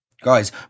Guys